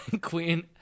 Queen